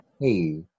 Hey